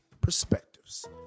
perspectives